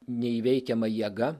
neįveikiama jėga